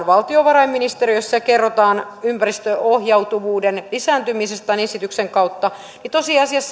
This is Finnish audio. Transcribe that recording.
valtiovarainministeriössä kerrotaan ympäristöohjautuvuuden lisääntymisestä tämän esityksen kautta tosiasiassa